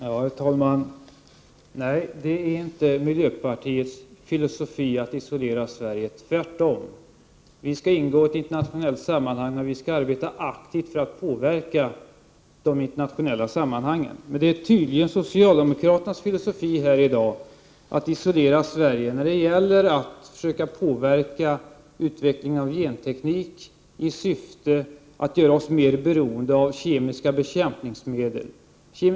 Herr talman! Nej, det ingår inte i miljöpartiets filosofi att isolera Sverige, tvärtom! Vi skall ingå i ett internationellt sammanhang, men vi skall arbeta aktivt för att påverka de internationella sammanhangen. Tydligen är det emellertid socialdemokraternas filosofi här i dag att isolera Sverige när det gäller att försöka påverka utvecklingen av gentekniken i syfte att göra oss mer beroende av kemiska bekämpningsmedel.